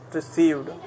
Received